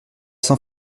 sans